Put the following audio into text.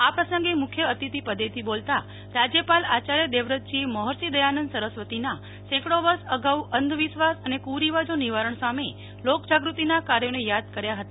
આ પ્રસંગે મુખ્ય અતિથી પદેથી બોલતા રાજ્યપાલ આચાર્ય દેવવ્રતજીર્યે મહર્ષિ દયાનંદ સરસ્વતીએ સેકડો વર્ષ આગાઉ અંધ વિશ્વાસ અને કુરીવાજો નિવોરણ સામે લોક જાગૃતિનાં કાર્યોને થાદ કર્યા હતા